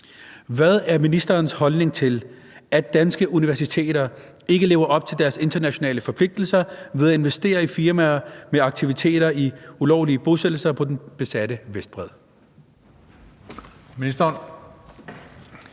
Hvad er ministerens holdning til, at danske universiteter ikke lever op til deres internationale forpligtelser ved at investere i firmaer med aktiviteter i ulovlige bosættelser på den besatte Vestbred?